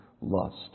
lust